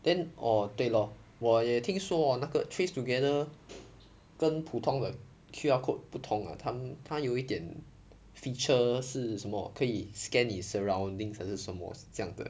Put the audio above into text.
then orh 对 lor 我也听说 ah 那个 trace together 跟普通的 Q_R code 不同 ah 它它有一点 feature 是什么可以 scan 你 surroundings 还是什么这样的